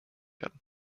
werden